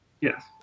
Yes